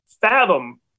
fathom